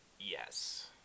Yes